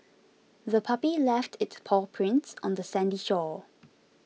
the puppy left its paw prints on the sandy shore